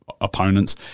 opponents